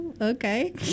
okay